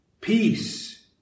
peace